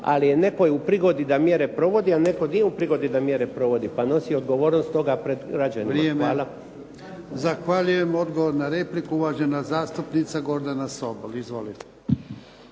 ali je netko u prigodi da mjere provodi, a netko nije u prigodi da mjere provodi, pa nosi odgovornost pred građanima. Hvala. **Jarnjak, Ivan (HDZ)** Zahvaljujem. Odgovor na repliku, uvažena zastupnica Gordana Sobol. Izvolite.